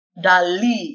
Dali